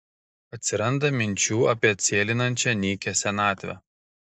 atsiranda minčių apie atsėlinančią nykią senatvę